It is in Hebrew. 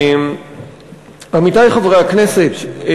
עמיתי חברי הכנסת,